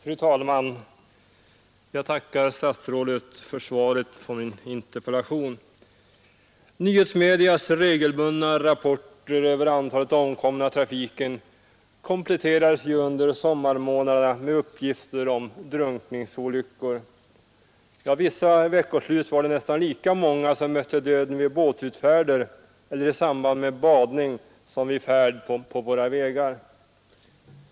Fru talman! Jag tackar statsrådet för svaret på min interpellation. Nyhetsmedias regelbundna rapporter över antalet omkomna i trafiken kompletteras ju under sommarmånaderna med uppgifter om drunkningsolyckor — ja, vissa veckoslut har det varit nästan lika många som mött döden vid båtutfärder eller i samband med badning som vid färd på våra vägar.